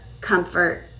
comfort